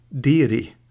deity